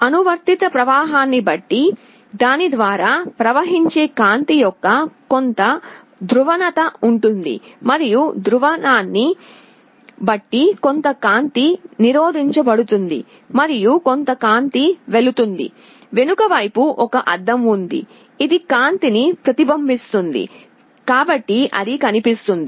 అనువర్తిత ప్రవాహాన్ని బట్టి దాని ద్వారా ప్రవహించే కాంతి యొక్క కొంత ధ్రువణత ఉంటుంది మరియు ధ్రువణాన్ని బట్టి కొంత కాంతి నిరోధించబడుతుంది మరియు కొంత కాంతి వెళుతుంది వెనుక వైపు ఒక అద్దం ఉంది ఇది కాంతిని ప్రతిబింబిస్తుంది కాబట్టి అది కనిపిస్తుంది